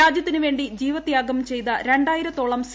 രാജ്യത്തിന് വേണ്ടി ജീവത്യാഗം ചെയ്ത രണ്ടായിരത്തോളം സി